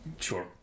Sure